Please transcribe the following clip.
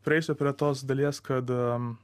prieisiu prie tos dalies kada